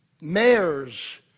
mayors